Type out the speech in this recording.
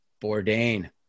Bourdain